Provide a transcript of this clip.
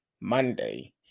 Monday